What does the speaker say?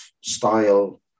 style